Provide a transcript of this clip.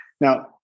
Now